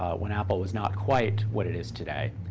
when apple was not quite what it is today.